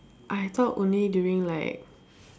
I talk only during like